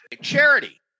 Charity